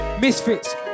misfits